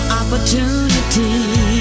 opportunity